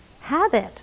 Habit